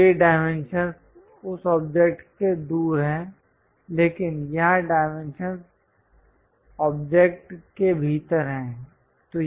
तो ये डाइमेंशंस उस ऑब्जेक्ट से दूर हैं लेकिन यहां डाइमेंशंस ऑब्जेक्ट के भीतर हैं